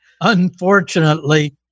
Unfortunately